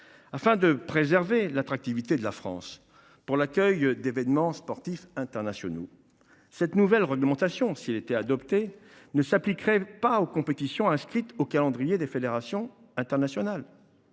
Afin de préserver l’attractivité de la France pour l’accueil d’événements sportifs internationaux, cette nouvelle réglementation, si elle était adoptée, ne s’appliquerait pas aux compétitions inscrites au calendrier des fédérations internationales.